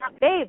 babe